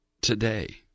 today